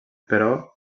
però